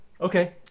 Okay